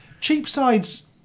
Cheapside's